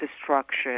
destruction